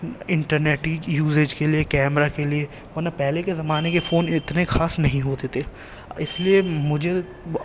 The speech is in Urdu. انٹرنیٹ کی یوزج کے لیے کیمرہ کے لیے ورنہ پہلے کے زمانے کے فون اتنے خاص نہیں ہوتے تھے اس لیے مجھے